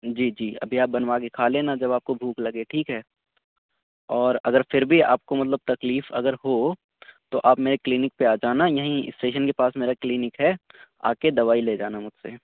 جی جی ابھی آپ بنوا کے کھا لینا جب آپ کو بھوک لگے ٹھیک ہے اور اگر پھر بھی آپ کو مطلب تکلیف اگر ہو تو آپ میرے کلینک پہ آ جانا یہیں اسٹیشن کے پاس میرا کلینک ہے آ کے دوائی لے جانا مجھ سے